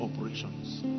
operations